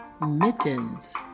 Mittens